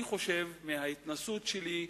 אני חושב, מההתנסות שלי,